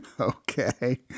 Okay